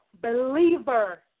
believer